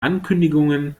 ankündigungen